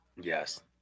yes